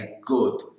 good